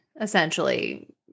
essentially